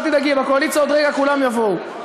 אל תדאגי, בקואליציה עוד רגע כולם יבואו.